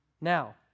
Now